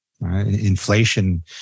Inflation